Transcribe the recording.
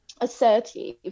assertive